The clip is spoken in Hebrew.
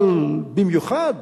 אבל במיוחד